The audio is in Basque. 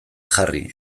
jarri